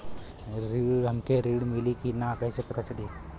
हमके ऋण मिली कि ना कैसे पता चली?